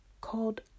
called